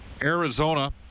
Arizona